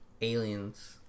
aliens